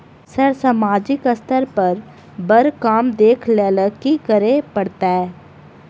Sir सामाजिक स्तर पर बर काम देख लैलकी करऽ परतै?